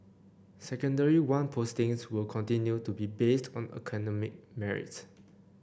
Secondary One postings will continue to be based on academic merit